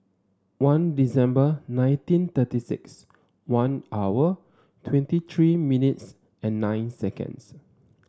one December nineteen thirty six one hour twenty three minutes and nine seconds